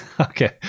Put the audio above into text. Okay